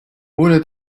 более